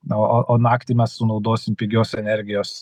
na o o naktį mes sunaudosim pigios energijos